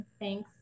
Thanks